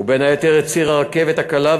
ובין היתר את ציר הרכבת הקלה,